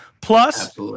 plus